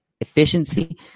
efficiency